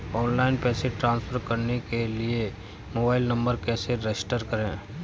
Online पैसे transfer करने के लिए मोबाइल नंबर कैसे रजिस्टर करें?